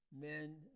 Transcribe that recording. Men